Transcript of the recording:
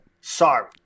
Sorry